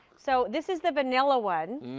so this is the vanilla one.